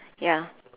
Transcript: ya